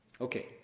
Okay